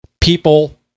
people